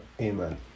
Amen